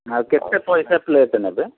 ଆଉ କେତେ ପଇସା ପ୍ଲେଟ ନେବେ